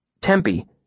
Tempe